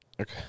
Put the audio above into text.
Okay